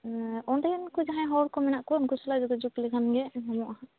ᱚᱰᱮᱱ ᱠᱚ ᱡᱟᱦᱟᱸᱭ ᱦᱚᱲ ᱠᱚ ᱢᱮᱱᱟᱜ ᱠᱚ ᱩᱱᱠᱩ ᱥᱟᱞᱟᱜ ᱡᱳᱜᱟ ᱡᱳᱜ ᱞᱮᱠᱷᱟᱱ ᱜᱮ ᱧᱟᱢᱚᱜᱼᱟ